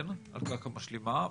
כן, על קרקע משלימה.